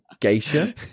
Geisha